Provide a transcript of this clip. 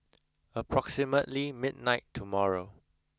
approximately midnight tomorrow